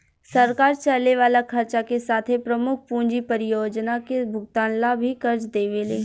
सरकार चले वाला खर्चा के साथे प्रमुख पूंजी परियोजना के भुगतान ला भी कर्ज देवेले